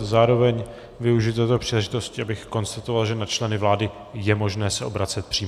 Zároveň využiji této příležitosti, abych konstatoval, že na členy vlády je možné se obracet přímo.